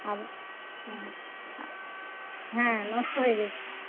আমি হ্যাঁ হ্যাঁ নষ্ট হয়ে গেছে